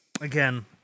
Again